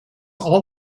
all